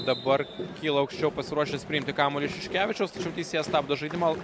dabar kyla aukščiau pasiruošęs priimti kamuolį iš jaškevičiaus tačiau teisėjas stabdo žaidimą